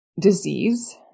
disease